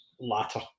latter